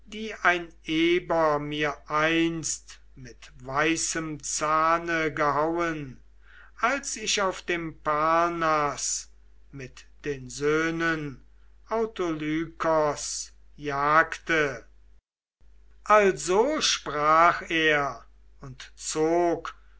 die ein eber mir einst mit weißem zahne gehauen als ich auf dem parnaß mit den söhnen autolykos jagte also sprach er und zog